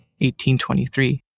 1823